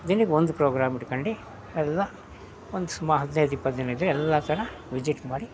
ದಿನಕ್ಕೆ ಒಂದು ಪ್ರೋಗ್ರಾಮ್ ಇಟ್ಕೊಂಡು ಎಲ್ಲ ಒಂದು ಸುಮಾರು ಹದ್ನೈದು ಇಪ್ಪತ್ತು ದಿನ ಇದ್ದರೆ ಎಲ್ಲ ಥರ ವಿಸಿಟ್ ಮಾಡಿ